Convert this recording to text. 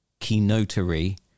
keynotary